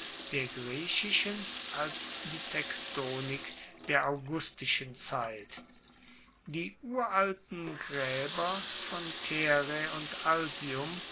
der griechischen als die tektonik der augustischen zeit die uralten graeber von caere und